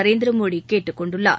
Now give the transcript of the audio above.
நரேந்திரமோடிகேட்டுக் கொண்டுள்ளார்